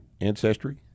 ancestry